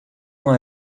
uma